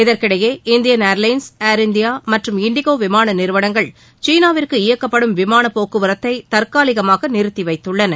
இதற்கிடையே Indian airlines Air India மற்றும் இன்டிகோ விமான நிறுவனங்கள் சீனாவிற்கு இயக்கப்படும் விமானப்போக்குவரத்தை தற்காலிகமாக நிறுத்திவைத்துள்ளன